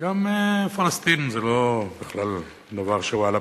וגם פלסטינים, זה לא דבר שהוא על הפרק,